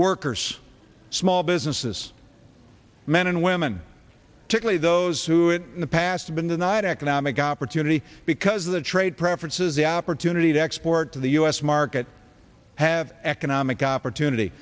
workers small businesses men and women typically those who in the past have been denied economic opportunity because of the trade preferences the opportunity to export to the u s market have economic opportunity